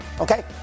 Okay